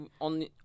on